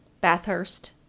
Bathurst